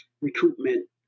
recruitment